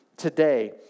today